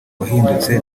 wahindutse